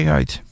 uit